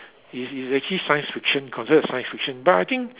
is is actually science fiction considered a science friction but I think